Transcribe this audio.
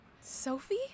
Sophie